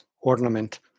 ornament